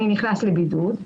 אני נכנס לבידוד,